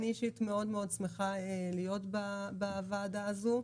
אני אישית מאוד שמחה להיות בוועדה הזו.